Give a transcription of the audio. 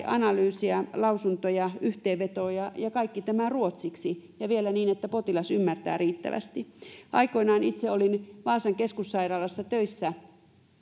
analyyseja lausuntoja tai yhteenvetoja kaikki tämä ruotsiksi ja vielä niin että potilas ymmärtää riittävästi aikoinaan itse olin vaasan keskussairaalassa töissä